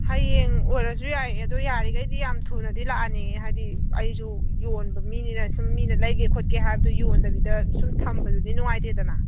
ꯍꯌꯦꯡ ꯑꯣꯏꯔꯁꯨ ꯌꯥꯏꯌꯦ ꯑꯗꯣ ꯌꯥꯔꯤꯒꯩꯗꯤ ꯌꯥꯝ ꯊꯨꯅꯗꯤ ꯂꯥꯛꯍꯟꯅꯤꯡꯉꯦ ꯍꯥꯏꯗꯤ ꯑꯩꯁꯨ ꯌꯣꯟꯕ ꯃꯤꯅꯤꯅ ꯁꯨꯝ ꯃꯤꯅ ꯂꯩꯒꯦ ꯈꯣꯠꯀꯦ ꯍꯥꯏꯕꯗꯨ ꯌꯣꯟꯗꯕꯤꯗ ꯁꯨꯝ ꯊꯝꯕꯗꯨꯗꯤ ꯅꯨꯡꯉꯥꯏꯇꯦꯗꯅ